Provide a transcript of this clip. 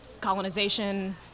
colonization